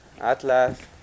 Atlas